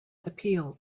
appeal